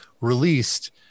released